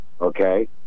okay